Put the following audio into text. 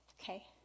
Okay